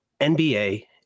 NBA